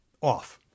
off